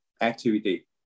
activity